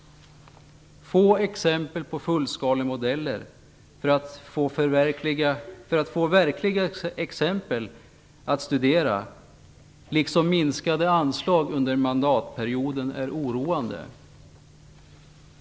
Det finns få exempel på fullskalemodeller som kan utgöra verkliga exempel att studera. Minskade anslag under mandatperioden är oroande.